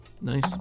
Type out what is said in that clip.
Nice